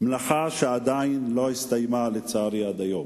מלאכה שעדיין לא הסתיימה, לצערי, עד היום.